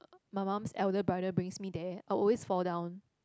my mum's elder brother brings me there I'll always fall down